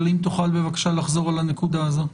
אבל האם תוכל בבקשה לחזור עלה נקודה הזו?